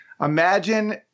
imagine